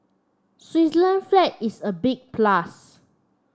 Switzerland flag is a big plus